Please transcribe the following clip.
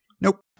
nope